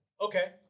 Okay